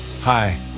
Hi